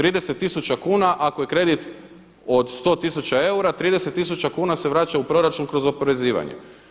30000 kuna ako je kredit od 100 tisuća eura, 30 tisuća kuna se vraća u proračun kroz oporezivanje.